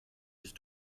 sich